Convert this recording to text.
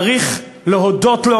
צריך להודות לו